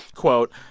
quote,